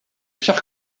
chers